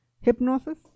hypnosis